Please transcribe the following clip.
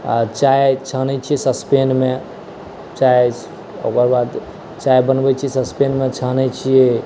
चाय छानै छियै सस्पेनमे चाय ओकरबाद चाय बनबै छियै सस्पेनमे छानै छियै